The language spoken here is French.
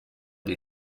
des